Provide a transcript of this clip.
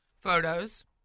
photos